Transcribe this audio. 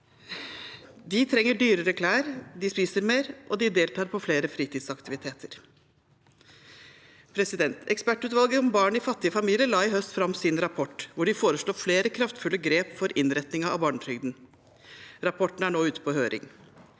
De trenger dyrere klær, de spiser mer, og de deltar på flere fritidsaktiviteter. Ekspertgruppen om barn i fattige familier la i høst fram sin rapport, hvor de foreslår flere kraftfulle grep for innretningen av barnetrygden. Rapporten er nå ute på høring.